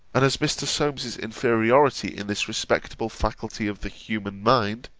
and as mr. solmes's inferiority in this respectable faculty of the human mind